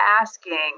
asking